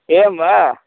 एवं वा